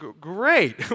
great